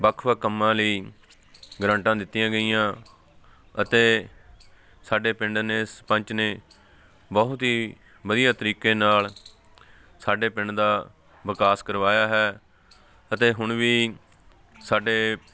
ਵੱਖ ਵੱਖ ਕੰਮਾਂ ਲਈ ਗਰਾਂਟਾਂ ਦਿੱਤੀਆਂ ਗਈਆਂ ਅਤੇ ਸਾਡੇ ਪਿੰਡ ਨੇ ਸਰਪੰਚ ਨੇ ਬਹੁਤ ਹੀ ਵਧੀਆ ਤਰੀਕੇ ਨਾਲ ਸਾਡੇ ਪਿੰਡ ਦਾ ਵਿਕਾਸ ਕਰਵਾਇਆ ਹੈ ਅਤੇ ਹੁਣ ਵੀ ਸਾਡੇ